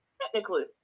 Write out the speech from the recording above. technically